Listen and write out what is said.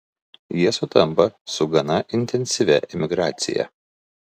jie sutampa su gana intensyvia emigracija